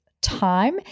Time